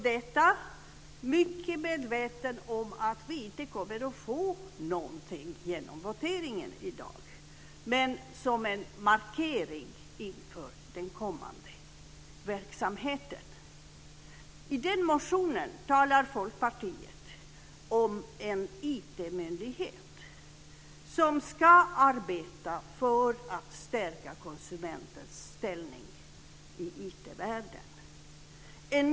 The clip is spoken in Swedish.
Jag är mycket medveten om att vi inte kommer att få igenom det i voteringen i dag. Men jag vill göra en markering inför den kommande verksamheten. I den motionen talar Folkpartiet om en IT myndighet som ska arbeta för att stärka konsumentens ställning i IT-världen.